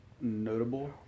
notable